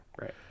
right